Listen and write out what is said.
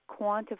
quantify